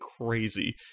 crazy